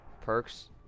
perks